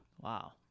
Wow